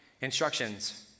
instructions